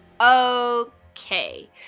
Okay